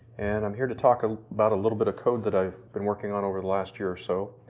and i'm here to talk ah about a little bit of code that i've been working on over the last year or so,